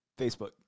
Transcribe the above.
Facebook